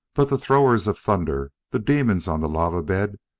but the throwers of thunder, the demons on the lava bed,